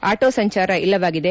auto ಸಂಚಾರ ಇಲ್ಲವಾಗಿದೆ